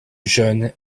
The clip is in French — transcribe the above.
jeune